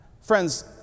Friends